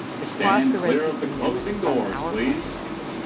it's across the red sea from yemen. it's about an hour flight away.